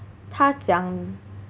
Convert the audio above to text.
他讲